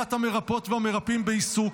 קהילת המרפאות והמרפאים בעיסוק,